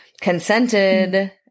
consented